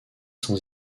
sans